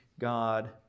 God